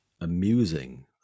amusing